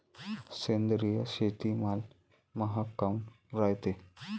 सेंद्रिय शेतीमाल महाग काऊन रायते?